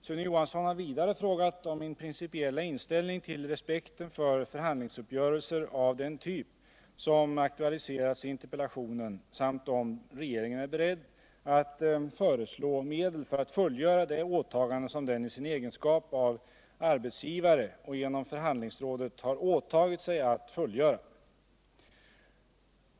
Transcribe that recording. Sune Johansson har vidare frågat om min principiella inställning till respekten för förhandlingsuppgörelser av den typ som aktualiserats i interpellationen samt om regeringen är beredd att föreslå medel för att beredskapsarbeten Om ytterligare 100 fullgöra det åtagande som den i sin egenskap av arbetsgivare och genom förhandlingsrådet har åtagit sig aut fullgöra.